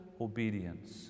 obedience